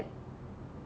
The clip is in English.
and all that